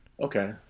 Okay